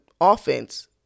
offense